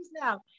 now